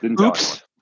Oops